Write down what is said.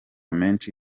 menshi